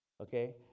Okay